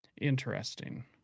Interesting